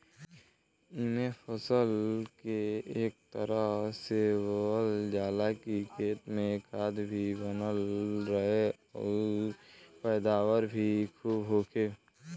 एइमे फसल के ए तरह से बोअल जाला की खेत में खाद भी बनल रहे अउरी पैदावार भी खुब होखे